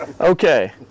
Okay